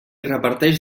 reparteix